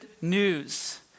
news